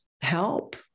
help